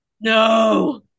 No